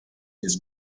his